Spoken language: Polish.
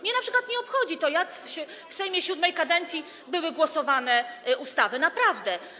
Mnie np. nie obchodzi to, jak w Sejmie VII kadencji były głosowane ustawy, naprawdę.